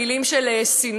מילים של שנאה,